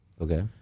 Okay